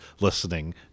listening